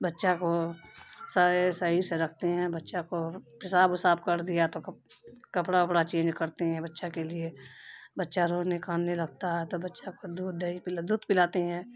بچہ کو صحیح سے رکھتے ہیں بچہ کو پیشاب وشاب کر دیا تو کپڑا وپڑا چینج کرتے ہیں بچہ کے لیے بچہ رونے گانے لگتا ہے تو بچہ کو دودھ دہی پلا دودھ پلاتے ہیں